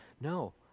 No